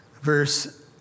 verse